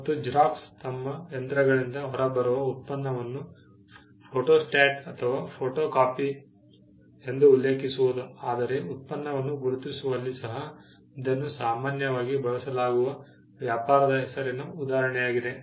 ಮತ್ತು ಜೆರಾಕ್ಸ್ ತಮ್ಮ ಯಂತ್ರಗಳಿಂದ ಹೊರಬರುವ ಉತ್ಪನ್ನವನ್ನು ಫೋಟೊಸ್ಟಾಟ್ ಅಥವಾ ಫೋಟೊಕಾಪಿ ಎಂದು ಉಲ್ಲೇಖಿಸುವುದು ಆದರೆ ಉತ್ಪನ್ನವನ್ನು ಗುರುತಿಸುವಲ್ಲಿ ಸಹ ಇದನ್ನು ಸಾಮಾನ್ಯವಾಗಿ ಬಳಸಲಾಗುವ ವ್ಯಾಪಾರದ ಹೆಸರಿನ ಉದಾಹರಣೆಯಾಗಿದೆ